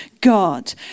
God